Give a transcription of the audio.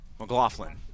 McLaughlin